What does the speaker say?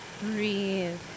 Breathe